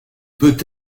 peut